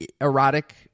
erotic